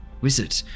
wizard